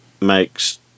makes